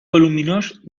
voluminós